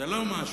זה לא משהו.